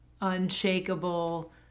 unshakable